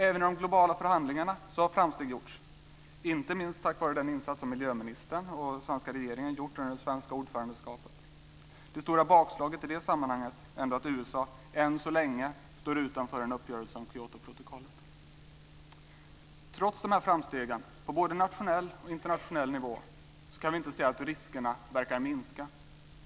Även i de globala förhandlingarna har framsteg gjorts, inte minst tack vare den insats som miljöministern och den svenska regeringen gjort under det svenska ordförandeskapet. Det stora bakslaget i det sammanhanget är att USA än så länge står utanför en uppgörelse om Kyotoprotokollet. Trots de här framstegen på både nationell och internationell nivå kan vi inte säga att riskerna verkar minska.